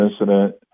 incident